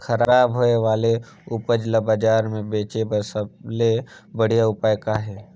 खराब होए वाले उपज ल बाजार म बेचे बर सबले बढ़िया उपाय का हे?